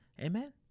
Amen